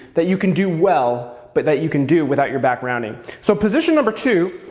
that you can do well, but that you can do without your back rounding. so, position number two,